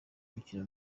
imikino